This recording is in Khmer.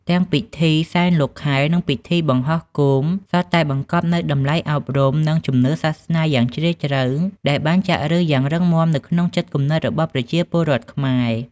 ទាំងពិធីសែនលោកខែ និងការបង្ហោះគោម សុទ្ធតែបង្កប់នូវតម្លៃអប់រំ និងជំនឿសាសនាយ៉ាងជ្រាលជ្រៅ ដែលបានចាក់ឫសយ៉ាងរឹងមាំនៅក្នុងចិត្តគំនិតរបស់ប្រជាពលរដ្ឋខ្មែរ។